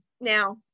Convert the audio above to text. now